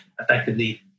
effectively